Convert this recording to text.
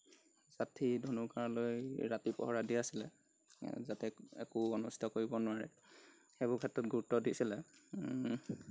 যাঠি ধনু কাঁড় লৈ ৰাতি পহৰা দি আছিলে যাতে একো অনিস্ত কৰিব নোৱাৰে সেইবোৰ ক্ষেত্ৰত গুৰুত্ব দিছিলে